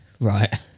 Right